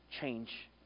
change